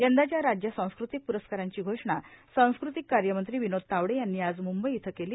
यंदाच्या राज्य सांस्कृतिक प्रस्कारांची घोषणा सांस्कृतिक कार्यमंत्री विनोद तावडे यांनी आज मुंबई इथं केली